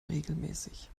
regelmäßig